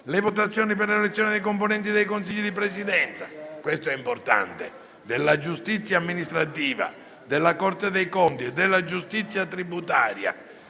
Le votazioni per l'elezione dei componenti dei consigli di presidenza - questo è importante - della giustizia amministrativa, della Corte dei conti e della giustizia tributaria,